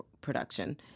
production